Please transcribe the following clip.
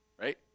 Right